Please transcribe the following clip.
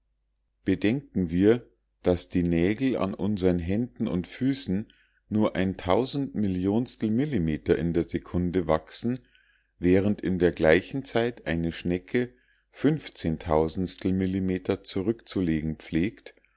bedenken wir daß die nägel an unsern händen und füßen nur ein tausendmillionenstel millimeter in der sekunde wachsen während in der gleichen zeit eine schnecke millimeter zurückzulegen pflegt